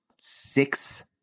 six